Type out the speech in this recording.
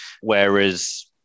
Whereas